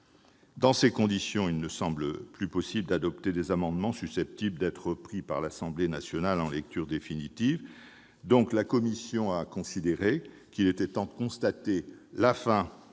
Dans ces conditions, il ne semble plus possible d'adopter des amendements susceptibles d'être repris par l'Assemblée nationale en lecture définitive. La commission a donc considéré qu'il était temps de constater la fin